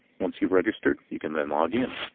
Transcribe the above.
once you registered, you can then log in.